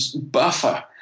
buffer